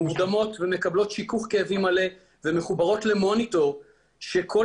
מורדמות ומקבלות שיכוך כאבים מלא ומחוברות למוניטור שכל